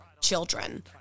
children